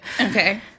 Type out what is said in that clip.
Okay